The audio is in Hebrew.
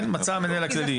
כן, מצא המנהל הכללי.